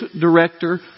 director